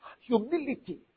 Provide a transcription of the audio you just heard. humility